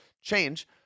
change